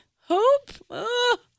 hope